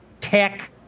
tech